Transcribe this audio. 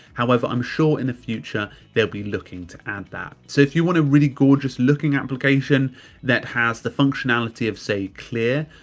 however, i'm sure in the future there'll be looking to add that. so if you want a really gorgeous looking application that has the functionality of say clear,